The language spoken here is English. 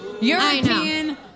European